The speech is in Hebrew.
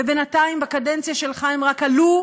ובינתיים בקדנציה שלך הם רק עלו,